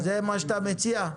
זה מה שאתה מציע?